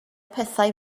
pethau